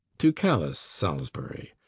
to callice, salisbury?